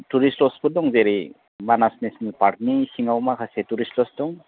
tourist लदसफोर दङ जेरै मानास नेस्नेल पार्कनि सिङाव माखासे टुरिस लदस दं